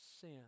sin